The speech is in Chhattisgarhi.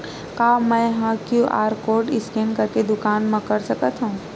का मैं ह क्यू.आर कोड स्कैन करके दुकान मा कर सकथव?